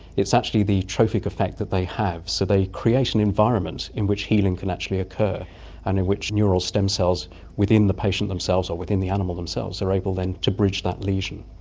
it's actually the trophic effect that they have. so they create an environment in which healing can actually occur and in which neural stem cells within the patient themselves or within the animal themselves are able then to bridge that lesion.